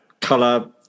Color